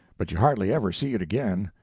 but you hardly ever see it again.